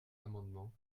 amendement